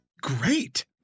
great